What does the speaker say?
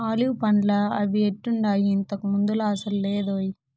olive పండ్లా అవి ఎట్టుండాయి, ఇంతకు ముందులా అసలు లేదోయ్